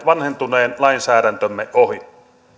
vanhentuneen lainsäädäntömme ohi